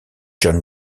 john